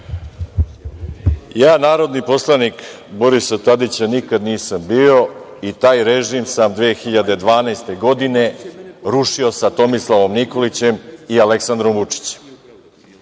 Ja narodni poslanik Borisa Tadića nikad nisam bio i taj režim sam 2012. godine rušio sa Tomislavom Nikolićem i Aleksandrom Vučićem.